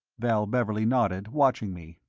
val beverley nodded, watching me.